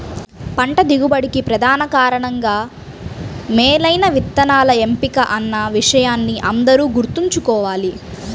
పంట దిగుబడికి ప్రధాన కారణంగా మేలైన విత్తనాల ఎంపిక అన్న విషయాన్ని అందరూ గుర్తుంచుకోవాలి